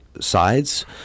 sides